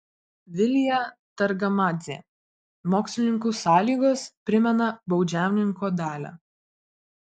vilija targamadzė mokslininkų sąlygos primena baudžiauninko dalią